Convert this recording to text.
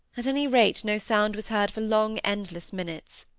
at any rate, no sound was heard for long endless minutes.